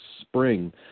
spring